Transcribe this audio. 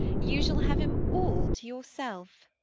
you shall have him all to yourself.